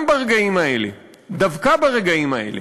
גם ברגעים האלה, דווקא ברגעים האלה,